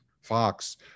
Fox